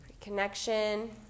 Connection